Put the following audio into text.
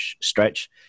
stretch